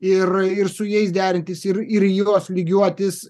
ir ir su jais derintis ir ir į juos lygiuotis